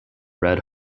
red